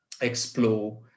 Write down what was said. explore